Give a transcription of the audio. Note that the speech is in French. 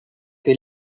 que